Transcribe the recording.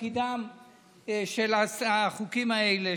תפקידם של החוקים האלה,